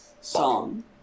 song